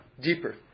deeper